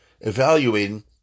Evaluating